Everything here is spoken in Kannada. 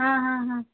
ಹಾಂ ಹಾಂ ಹಾಂ